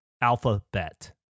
alphabet